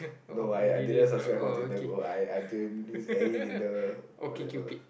no I didn't subscribe for Tinder gold I didn't use Tinder whatever